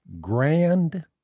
grand